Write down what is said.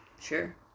Sure